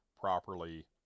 properly